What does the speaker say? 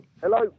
Hello